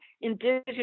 indigenous